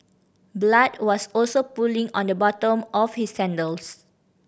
blood was also pooling on the bottom of his sandals